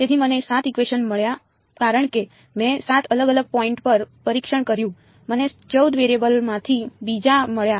તેથી મને 7 ઇકવેશન મળ્યા કારણ કે મેં 7 અલગ અલગ પોઈન્ટ પર પરીક્ષણ કર્યું મને 14 વેરીએબલમાંથી બીજા મળ્યા